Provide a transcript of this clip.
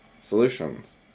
solutions